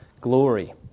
glory